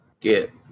get